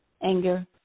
anger